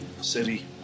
city